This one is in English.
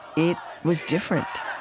it was different